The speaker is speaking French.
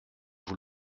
vous